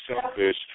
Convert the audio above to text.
selfish